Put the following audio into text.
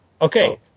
Okay